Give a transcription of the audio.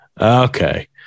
okay